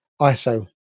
ISO